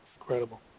Incredible